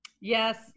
Yes